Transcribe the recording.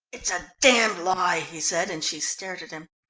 it's a damned lie! he said, and she stared at him.